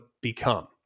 become